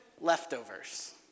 leftovers